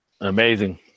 Amazing